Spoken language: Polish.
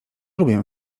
lubię